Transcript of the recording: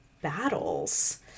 battles